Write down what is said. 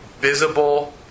visible